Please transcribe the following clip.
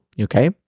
okay